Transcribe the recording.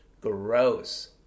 Gross